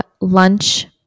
lunch